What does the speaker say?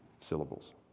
syllables